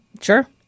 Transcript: Sure